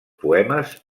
poemes